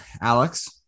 Alex